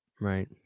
Right